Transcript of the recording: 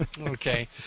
Okay